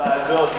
לוועדות,